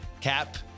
cap